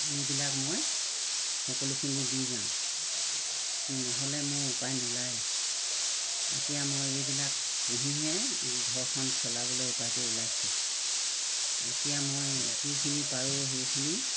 এইবিলাক মই সকলোখিনি দি যাওঁ নহ'লে মোৰ উপায় নোলায় এতিয়া মই এইবিলাক পুহিহে ঘৰখন চলাবলৈ উপায়টো ওলাইছে এতিয়া মই যিখিনি পাৰোঁ সেইখিনি